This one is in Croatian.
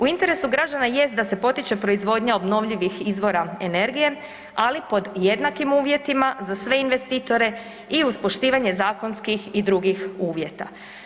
U interesu građana jest da se potiče proizvodnja obnovljivih izvora energije, ali pod jednakim uvjetima za sve investitore i uz poštivanje zakonskih i drugih uvjeta.